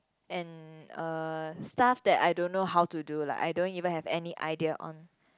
and uh stuff that I don't know how to do like I don't even have any idea on